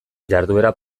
jarduera